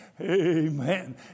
Amen